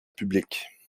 publique